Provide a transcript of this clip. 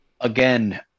again